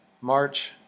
March